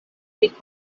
pri